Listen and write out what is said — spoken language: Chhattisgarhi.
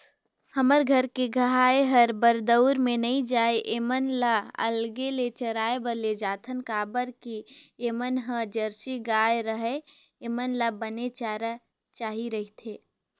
हमर घर के गाय हर बरदउर में नइ जाये ऐमन ल अलगे ले चराए बर लेजाथन काबर के ऐमन ह जरसी गाय हरय ऐेमन ल बने चारा चाही रहिथे